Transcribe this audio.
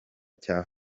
cya